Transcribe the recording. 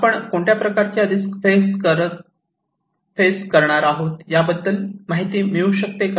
आपण कोणत्या प्रकारच्या रिस्क फेस करणार आहोत याबद्दल माहिती मिळू शकते का